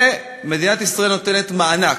ומדינת ישראל נותנת מענק,